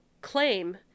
claim